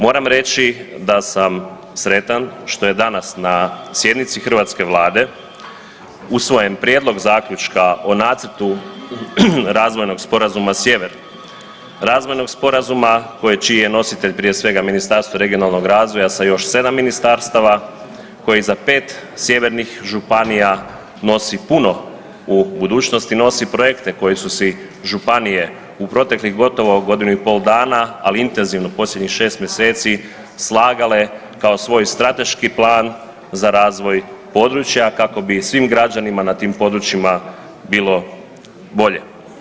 Moram reći da sam sretan što je danas na sjednici hrvatske Vlade usvojen prijedlog zaključka o nacrtu Razvojnog sporazuma sjever, razvojnog sporazuma koji čiji je nositelj prije svega Ministarstvo regionalnog razvoja sa još 7 ministarstava koji za 5 sjevernih županija nosi puno u budućnosti, nosi projekte koji su si županije u proteklih gotovo godinu i pol dana, ali intenzivno posljednjih 6 mjeseci slagale kao svoj strateški plan za razvoj područja kako bi svim građanima na tim područjima bilo bolje.